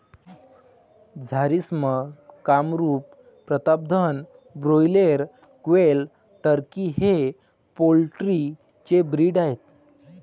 Jharsim, Kamrup, Pratapdhan, broiler, quail, turkey हे poultry चे breed आहेत